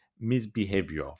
misbehavior